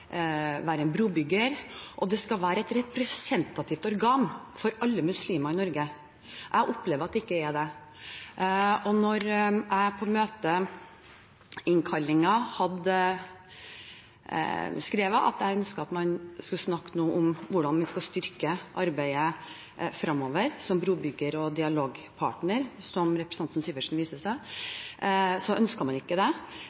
være en brobygger, og det skal være et representativt organ for alle muslimer i Norge. Jeg opplever at det ikke er det. Når jeg på møteinnkallingen hadde skrevet at jeg ønsket at man skulle snakke om hvordan vi skal styrke arbeidet framover som brobygger og dialogpartner, som representanten Syversen viser til, ønsket man ikke det.